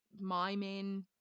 miming